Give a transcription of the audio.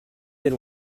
been